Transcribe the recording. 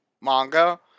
manga